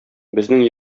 безнең